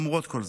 ולמרות כל זאת,